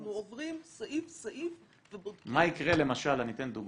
אנחנו עוברים סעיף-סעיף ובודקים --- אני אתן דוגמה.